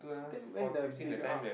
then when the bigger ah